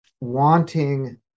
wanting